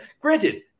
Granted